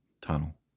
tunnel